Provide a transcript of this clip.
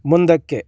ಮುಂದಕ್ಕೆ